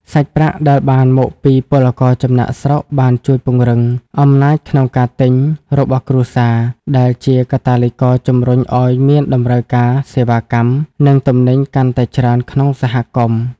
សាច់ប្រាក់ដែលបានមកពីពលករចំណាកស្រុកបានជួយពង្រឹង "អំណាចក្នុងការទិញ" របស់គ្រួសារ ដែលជាកាតាលីករជម្រុញឱ្យមានតម្រូវការសេវាកម្ម និងទំនិញកាន់តែច្រើនក្នុងសហគមន៍។